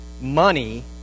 money